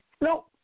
No